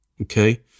okay